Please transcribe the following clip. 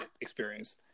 experience